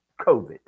COVID